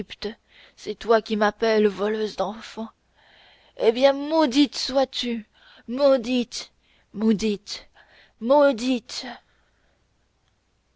c'est toi qui m'appelles voleuse d'enfants eh bien maudite sois-tu maudite maudite maudite